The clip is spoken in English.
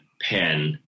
pen